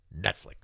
Netflix